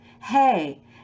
hey